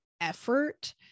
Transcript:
effort